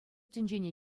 тӗнчене